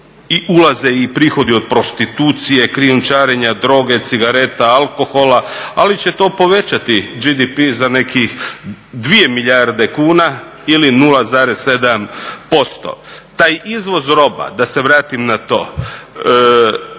i ulaze i prihodi od prostitucije, krijumčarenja, droge, cigareta, alkohola, ali će to povećati GDP za nekih 2 milijarde kuna ili 0,7%. Taj izvoz roba, da se vratim na to,